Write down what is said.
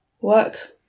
work